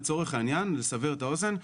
לצורך העניין לסבר את האוזן,